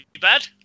bad